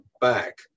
back